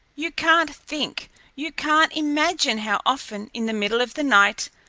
you can't think you can't imagine how often in the middle of the night,